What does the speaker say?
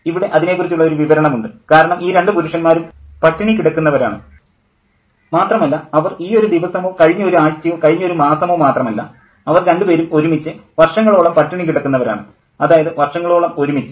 ഇവിടെ അതിനെക്കുറിച്ചുള്ള ഒരു വിവരണം ഉണ്ട് കാരണം ഈ രണ്ട് പുരുഷന്മാരും പട്ടിണി കിടക്കുന്നവരാണ് മാത്രമല്ല അവർ ഈയൊരു ദിവസമോ കഴിഞ്ഞ ഒരു ആഴ്ചയോ കഴിഞ്ഞ ഒരു മാസമോ മാത്രമല്ല അവർ രണ്ടു പേരും ഒരുമിച്ച് വർഷങ്ങളോളം പട്ടിണി കിടക്കുന്നവരാണ് അതായത് വർഷങ്ങളോളം ഒരുമിച്ച്